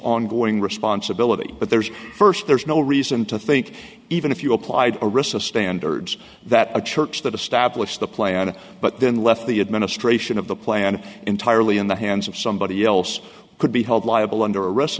ongoing responsibility but there's first there's no reason to think even if you applied a risk of standards that a church that established a plan but then left the administration of the plan entirely in the hands of somebody else could be held liable under arrest